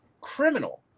criminal